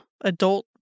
adult